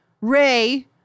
Ray